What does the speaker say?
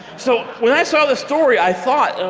so when i saw this story, i thought,